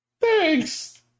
Thanks